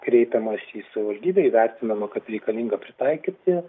kreipiamasi į savivaldybę įvertinama kad reikalinga pritaikyti